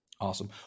Awesome